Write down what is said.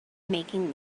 making